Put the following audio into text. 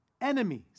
enemies